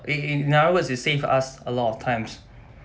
in other words it save us a lot of times